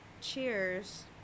cheers